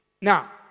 Now